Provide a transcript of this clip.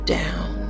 down